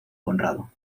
conrado